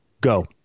go